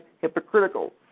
hypocritical